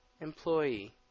Employee